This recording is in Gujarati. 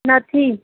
નથી